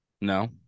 No